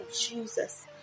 Jesus